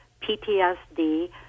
PTSD